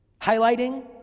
Highlighting